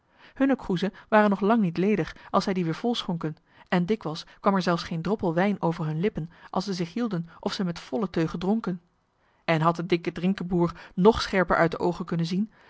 hunne kroezen waren nog lang niet ledig als zij die weer vol schonken en dikwijls kwam er zelfs geen droppel wijn over hunne lippen als zij zich hielden of zij met volle teugen dronken en had de dikke drinkebroer nog scherper uit de oogen kunnen zien